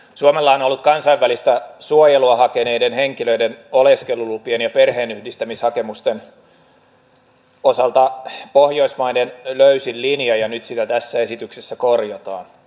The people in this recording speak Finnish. suomella on ollut kansainvälistä suojelua hakeneiden henkilöiden oleskelulupien ja perheenyhdistämishakemusten osalta pohjoismaiden löysin linja ja nyt sitä tässä esityksessä korjataan